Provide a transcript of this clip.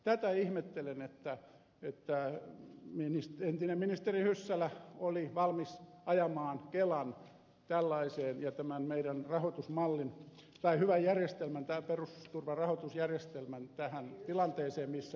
tätä ihmettelen että entinen ministeri hyssälä oli valmis ajamaan kelan ja tämän meidän rahoitusmallin tai hyvän järjestelmän perusturvarahoitusjärjestelmän tähän tilanteeseen missä nyt ollaan